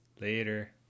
Later